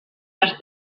les